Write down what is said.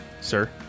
Sir